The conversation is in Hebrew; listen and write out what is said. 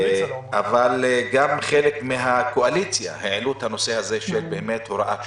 אבל גם חלק מהקואליציה העלו את הנושא הזה של הוראת שעה.